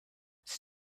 it’s